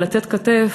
לתת כתף,